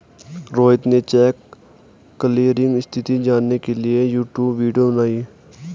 रोहित ने check clearing स्थिति जानने के लिए यूट्यूब वीडियो बनाई